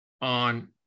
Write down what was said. on